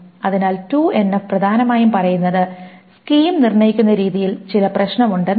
അതിനാൽ 2NF പ്രധാനമായും പറയുന്നത് സ്കീം നിർണ്ണയിക്കുന്ന രീതിയിൽ ചില പ്രശ്നമുണ്ടെന്നാണ്